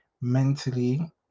mentally